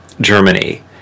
Germany